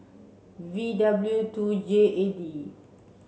V W two J A D